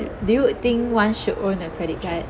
do you think one should own a credit card